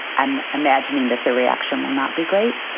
i'm imagining that their reaction will not be great.